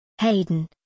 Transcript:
Hayden